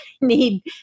need